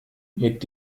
mit